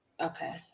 Okay